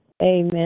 Amen